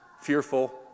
fearful